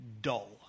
dull